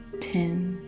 ten